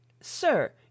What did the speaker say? Sir